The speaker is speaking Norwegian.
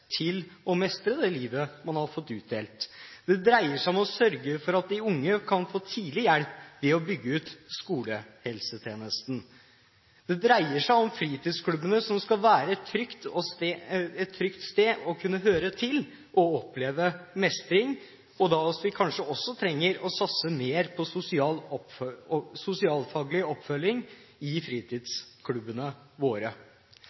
til å mestre det livet man har fått utdelt. Det dreier seg om å sørge for at de unge kan få tidlig hjelp ved å bygge ut skolehelsetjenesten. Det dreier seg om fritidsklubbene, som skal være et trygt sted å kunne høre til og oppleve mestring. Vi trenger kanskje også å satse mer på sosialfaglig oppfølging i fritidsklubbene våre.